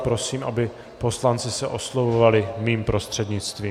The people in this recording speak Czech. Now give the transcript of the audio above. Prosím, aby poslanci se oslovovali mým prostřednictvím.